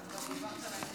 התאמתן,